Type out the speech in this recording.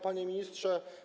Panie Ministrze!